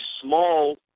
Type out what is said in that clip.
small